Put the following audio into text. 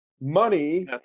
money